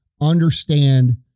understand